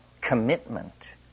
commitment